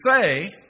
say